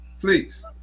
please